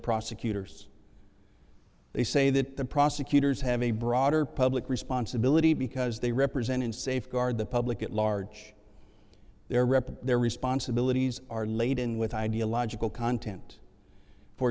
prosecutors they say that the prosecutors have a broader public responsibility because they represent and safeguard the public at large their repertoire responsibilities are laden with ideological content for